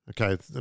Okay